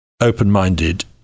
open-minded